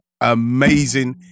amazing